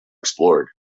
explored